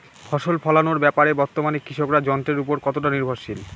ফসল ফলানোর ব্যাপারে বর্তমানে কৃষকরা যন্ত্রের উপর কতটা নির্ভরশীল?